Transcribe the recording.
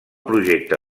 projecte